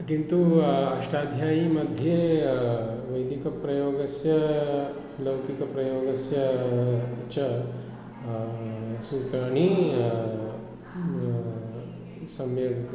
किन्तु अष्टाध्यायीमध्ये वैदिकप्रयोगस्य लौकिकप्रयोगस्य च सूत्राणि सम्यक्